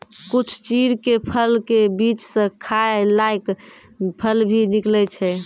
कुछ चीड़ के फल के बीच स खाय लायक फल भी निकलै छै